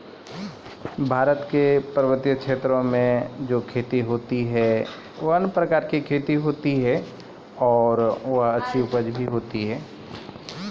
भारत क पर्वतीय क्षेत्रो म एकरो खेती होय छै